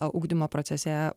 ugdymo procese